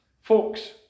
Folks